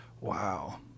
Wow